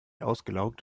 ausgelaugt